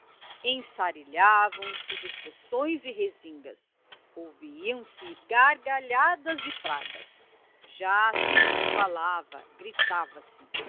ensarilhavam se discussões e resingas ouviam-se gargalhadas e pragas já se não falava gritava se